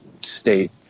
state